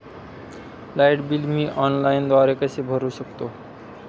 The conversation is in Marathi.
लाईट बिल मी ऑनलाईनद्वारे कसे भरु शकतो?